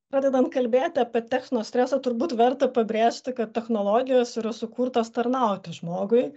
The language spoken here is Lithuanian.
pradedant kalbėti apie techno stresą turbūt verta pabrėžti kad technologijos yra sukurtos tarnauti žmogui